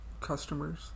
Customers